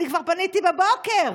אני כבר פניתי בבוקר.